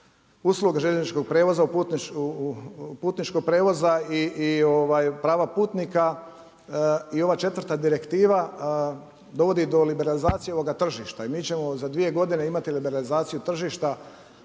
usluga, željezničkog prijevoza i prava putnika i ova četvrta direktiva dovodi do liberalizacije ovoga tržišta. I mi ćemo za dvije godine imati liberalizaciju tržišta